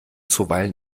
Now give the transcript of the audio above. zuweilen